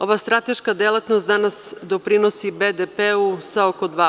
Ova strateška delatnost danas doprinosi BDP-u sa oko 2%